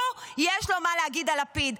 הוא, יש לו מה להגיד על לפיד.